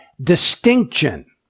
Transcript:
distinction